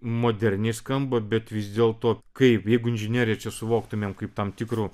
moderniai skamba bet vis dėlto kaip jeigu inžineriją čia suvoktumėm kaip tam tikrų